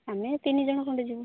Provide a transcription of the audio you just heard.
ଆମେ ତିନି ଜଣ ଖଣ୍ଡେ ଯିବୁ